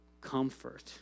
comfort